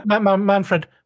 Manfred